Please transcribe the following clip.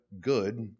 good